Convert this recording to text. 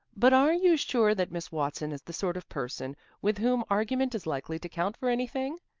but are you sure that miss watson is the sort of person with whom argument is likely to count for anything?